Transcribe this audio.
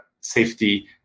safety